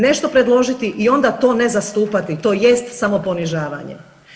Nešto predložiti i onda to ne zastupati to jest samo ponižavanje.